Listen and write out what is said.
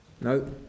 No